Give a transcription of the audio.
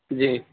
جی